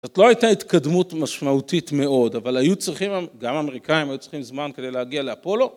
זאת לא הייתה התקדמות משמעותית מאוד, אבל היו צריכים, גם האמריקאים היו צריכים זמן כדי להגיע לאפולו.